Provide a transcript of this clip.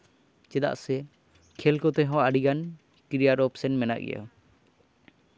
ᱪᱮᱫᱟᱜ ᱥᱮ ᱠᱷᱮᱞ ᱠᱚᱛᱮ ᱦᱚᱸ ᱟᱹᱰᱤᱜᱟᱱ ᱠᱮᱨᱤᱭᱟᱨ ᱚᱯᱥᱮᱱ ᱢᱮᱱᱟᱜ ᱜᱮᱭᱟ